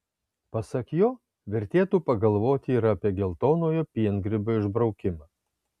pasak jo vertėtų pagalvoti ir apie geltonojo piengrybio išbraukimą